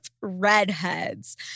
redheads